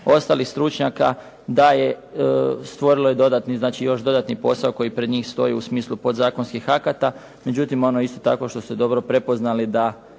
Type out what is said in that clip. dodatni posao, još dodatni posao koji pred njih stoji u smislu podzakonskih akata. Međutim, ono isto tako što ste dobro prepoznali da